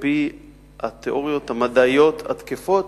על-פי התיאוריות המדעיות התקפות,